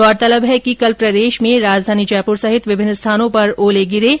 गौरतलब है कि कल प्रदेश में राजधानी जयपुर सहित विभिन्न स्थानों पर ओले गिरे है